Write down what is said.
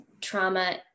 trauma